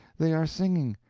they are singing.